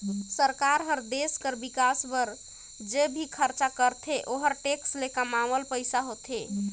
सरकार हर देस कर बिकास बर ज भी खरचा करथे ओहर टेक्स ले कमावल पइसा होथे